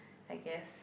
I guess